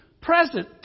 present